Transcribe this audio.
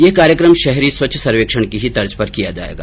यह कार्यक्रम शहरी स्वच्छ सर्वेक्षण की ही तर्ज पर किया जायेगा